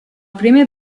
primer